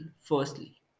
firstly